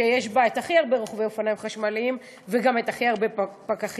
שיש בה הכי הרבה רוכבי אופניים חשמליים ובמקביל גם הכי הרבה פקחים.